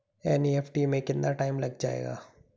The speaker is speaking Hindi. एन.ई.एफ.टी में कितना टाइम लग जाएगा?